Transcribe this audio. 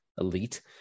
Elite